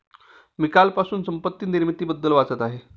मी कालपासून संपत्ती निर्मितीबद्दल वाचत आहे